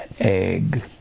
egg